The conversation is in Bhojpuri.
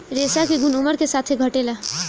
रेशा के गुन उमर के साथे घटेला